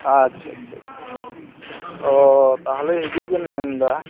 ᱟᱸᱻ ᱪᱷᱟ ᱪᱷᱟ ᱪᱷᱟ ᱚᱸᱻ ᱛᱟᱦᱚᱞᱮ ᱦᱤᱡᱩᱜ ᱵᱮᱱ ᱢᱮᱱᱮᱫᱟ